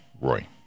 Roy